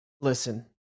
listen